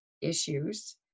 issues